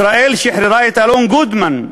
ישראל שחררה את אלן גודמן,